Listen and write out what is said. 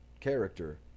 character